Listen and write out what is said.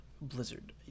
Blizzard